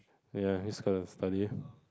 ya miss class and study